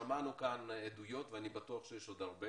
שמענו כאן עדויות ואני בטוח שיש עוד הרבה